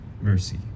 mercy